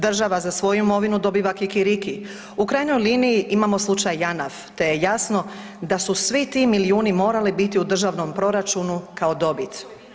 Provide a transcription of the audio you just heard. Država za svoju imovinu dobiva kikiriki, u krajnjoj liniji imamo slučaj JANAF te je jasno da su svi ti miliju morali biti u državnom proračunu kao dobit.